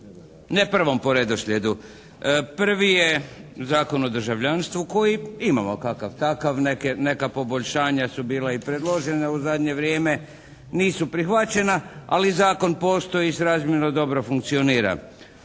ne prvom po redoslijedu. Prvi je Zakon o državljanstvu koji imamo kakav takav. Neka poboljšanja su bila i predložena u zadnje vrijeme. Nisu prihvaćena. Ali zakon postoji i srazmjerno dobro funkcionira.